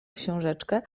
książeczkę